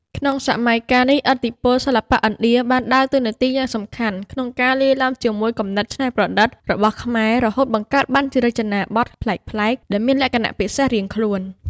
ក្នុងសម័យកាលនេះ ឥទ្ធិពលសិល្បៈឥណ្ឌាបានដើរតួនាទីយ៉ាងសំខាន់ក្នុងការលាយឡំជាមួយគំនិតច្នៃប្រឌិតរបស់ខ្មែរ រហូតបង្កើតបានជារចនាបថប្លែកៗ ដែលមានលក្ខណៈពិសេសរៀងខ្លួន។